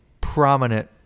prominent